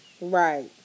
right